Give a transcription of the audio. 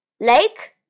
Lake